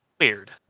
Weird